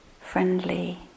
friendly